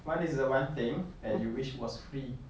what is the one thing that you wish was free